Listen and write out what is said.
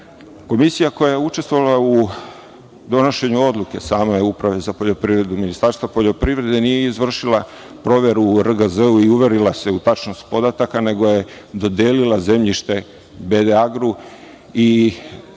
licima. Komisija koja je učestvovala u donošenju odluke same Uprave za poljoprivredu Ministarstva poljoprivrede nije izvršila proveru u RGZ i uverila se u tačnost podataka, nego je dodelila zemljište „BD Agru“, i